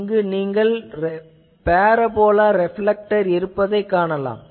இங்கு நீங்கள் parabola reflector இருப்பதைக் காணலாம்